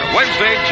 Wednesday